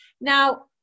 Now